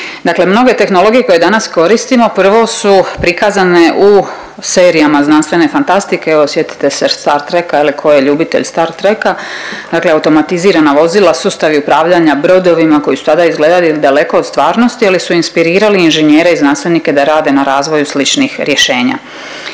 Dakle, mnoge tehnologije koje danas koristimo prvo su prikazane u serijama znanstvene fantastike evo sjetite se Star Treka je li tko je ljubitelj Star Treka, dakle automatizirana vozila, sustavi upravljanja brodovima koji su tada izgledali daleko od stvarnosti je li su inspirirali inženjere i znanstvenike da rade na razvoju sličnih rješenja.